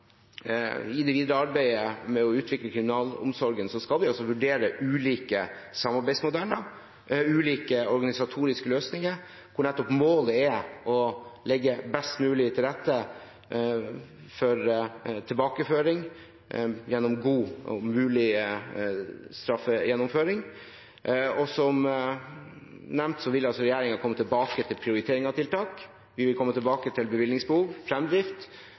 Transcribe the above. i det videre arbeidet med å utvikle kriminalomsorgen vurdere ulike samarbeidsmodeller, ulike organisatoriske løsninger hvor nettopp målet er å legge best mulig til rette for tilbakeføring gjennom god og mulig straffegjennomføring. Som nevnt vil regjeringen komme tilbake til prioritering av tiltak, bevilgningsbehov og fremdrift. Vi vil selvfølgelig også se på denne modellen i den sammenhengen og komme tilbake til